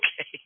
okay